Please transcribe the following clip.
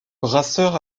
brasseur